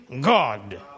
God